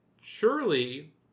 surely